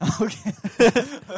Okay